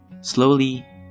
Slowly